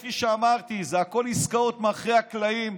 כפי שאמרתי, הכול עסקאות מאחורי הקלעים.